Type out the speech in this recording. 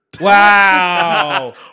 Wow